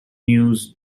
news